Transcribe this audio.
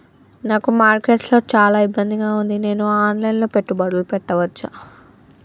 నాకు మార్కెట్స్ లో చాలా ఇబ్బందిగా ఉంది, నేను ఆన్ లైన్ లో పెట్టుబడులు పెట్టవచ్చా?